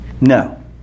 no